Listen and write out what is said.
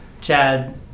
Chad